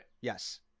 yes